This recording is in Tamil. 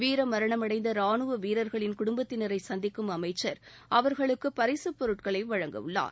வீர மரணமடைந்த ரானுவ வீரர்களின் குடும்பத்தினரை சந்திக்கும் அமைச்சா் அவர்களுக்கு பரிசுப் பொருட்களை வழங்க உள்ளார்